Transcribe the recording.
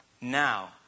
now